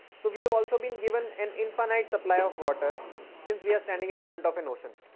so, we have also been given an infinite supply of water since we are standing in front of an ocean.